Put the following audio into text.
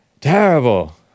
Terrible